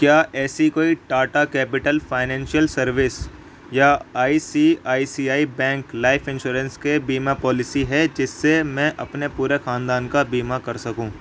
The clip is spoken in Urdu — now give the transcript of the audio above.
کیا ایسی کوئی ٹاٹا کیپیٹل فائننشیل سروس یا I C I C I bank life insurance کے بیمہ پالیسی ہے جس سے میں اپنے پورے خاندان کا بیمہ کر سکوں